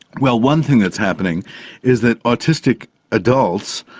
well, one thing that's happening is that autistic adults,